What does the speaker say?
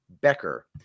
Becker